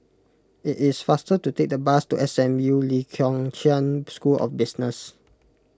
it is faster to take the bus to S M U Lee Kong Chian School of Business